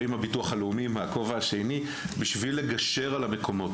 כמו גם עם הביטוח הלאומי בכובע השני בשביל לגשר על המקומות